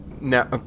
No